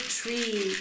tree